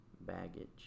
baggage